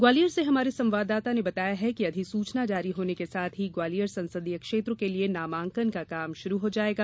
ग्वालियर से हमारे संवाददाता ने बताया है कि अधिसूचना जारी होने के साथ ही ग्वालियर संसदीय क्षेत्र के लिए नामांकन का काम शुरू हो जायेगा